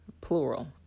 plural